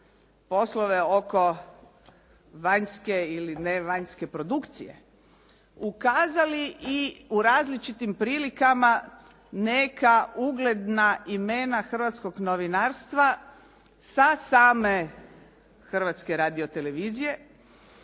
poslove oko vanjske ili nevanjske produkcije ukazali i različitim prilikama neka ugledna imena hrvatskog novinarstva sa same Hrvatske radiotelevizije,